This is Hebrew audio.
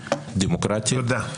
דמוקרטית,